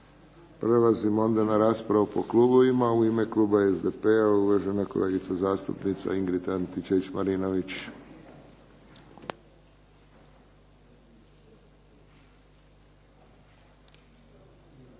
Prelazimo onda na raspravu po klubovima. U ime kluba SDP-a uvažena kolegica zastupnica Ingrid Antičević-Marinović.